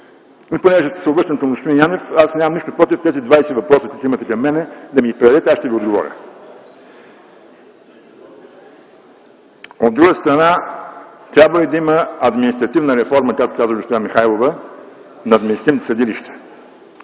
И понеже се обръщам към господин Янев, аз нямам нищо против, тези двадесет въпроса, които имате към мене, да ми ги предадете и аз ще Ви отговоря. От друга страна, трябва ли да има административна реформа, както каза госпожа Михайлова, на административните съдилища.